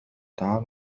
تعال